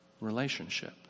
relationship